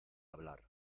hablar